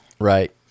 right